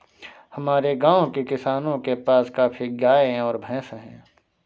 हमारे गाँव के किसानों के पास काफी गायें और भैंस है